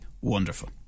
wonderful